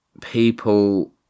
people